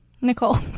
Nicole